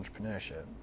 entrepreneurship